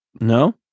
No